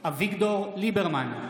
מתחייבת אני אביגדור ליברמן,